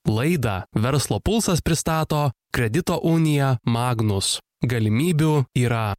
laidą verslo pulsas pristato kredito unija magnus galimybių yra